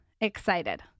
excited